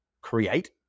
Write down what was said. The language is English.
create